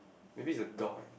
maybe it's a dog I think